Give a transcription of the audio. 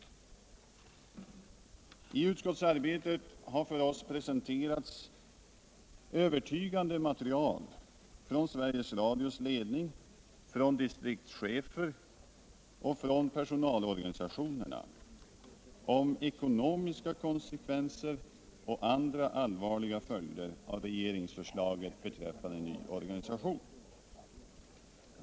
Under utskottsarbetet har för oss presenterats övertygande material från Sveriges Radios ledning, från distriktschefer och från personalorganisationerna om ekonomiska konsekvenser och andra allvarliga följder av regeringsförslaget beträffande ny organisation.